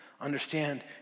Understand